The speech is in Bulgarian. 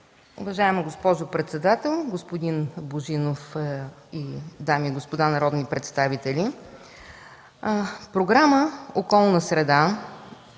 Уважаема госпожо председател, господин Божинов, дами и господа народни представители! Програма „Околна среда”,